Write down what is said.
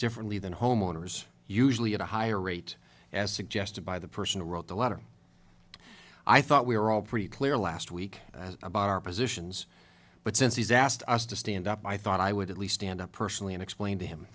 differently than homeowners usually at a higher rate as suggested by the person who wrote the letter i thought we were all pretty clear last week about our positions but since he's asked us to stand up i thought i would at least end up personally and explain to him